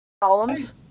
columns